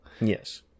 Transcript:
Yes